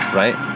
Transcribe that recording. right